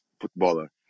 footballer